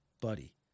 buddy